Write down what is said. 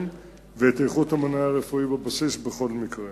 ואת איכות המענה הרפואי בבסיס בכל מקרה.